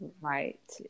Right